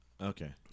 Okay